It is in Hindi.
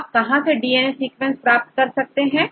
आप कहां डीएनए सीक्वेंस प्राप्त कर सकते हैं